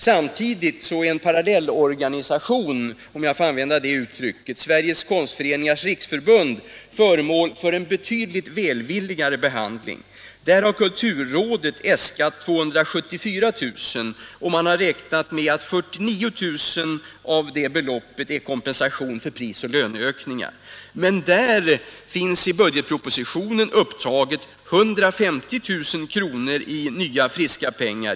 Samtidigt är en parallellorganisation — om jag får använda det uttrycket —- som heter Sveriges konstföreningars riksförbund föremål för en betydligt välvilligare behandling. Här har kulturrådet äskat 274 000 kr., och man har räknat med att 49 000 kr. av det beloppet utgör kompensation för prisoch löneökningar. För denna organisation finns i budgetpropositionen upptaget 150 000 kr. i nya, friska pengar.